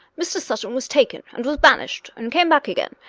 mr. sutton was taken, and was banished, and came back again,